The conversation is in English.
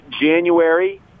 january